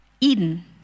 Eden